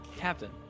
Captain